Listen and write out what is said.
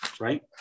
right